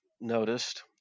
noticed